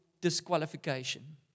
disqualification